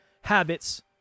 habits